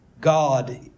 God